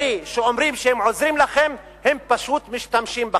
אלה שאומרים שהם עוזרים לכם, הם פשוט משתמשים בכם.